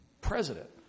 President